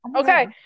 okay